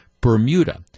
bermuda